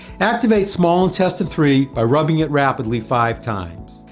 activate small intestine three by rubbing it rapidly five times.